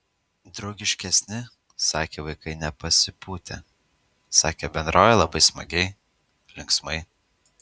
draugiškesni sakė vaikai nepasipūtę sakė bendrauja labai smagiai linksmai